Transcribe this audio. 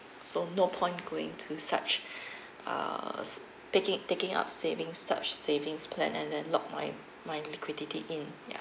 so no point going to such err picking taking up savings such savings plan and then lock my my liquidity in ya